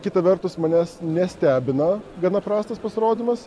kita vertus manęs nestebina gana prastas pasirodymas